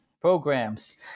programs